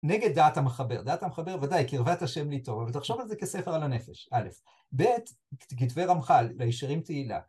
נגד דעת המחבר. דעת המחבר, ודאי, קרבת ה' כי טוב, ותחשוב על זה כספר על הנפש. א', ב', כתבי רמחל, להישרים תהילה.